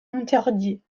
interdit